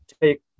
take